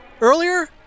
Earlier